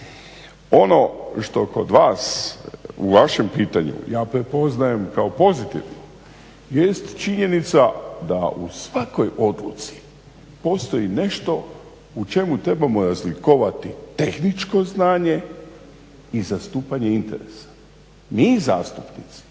Ono što kod vas u vašem pitanju ja prepoznajem kao pozitivno jest činjenica da u svakoj odluci postoji nešto u čemu trebamo razlikovati tehničko znanje i zastupanje interesa. Mi zastupnici